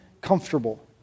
comfortable